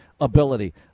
ability